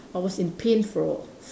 I was in pain for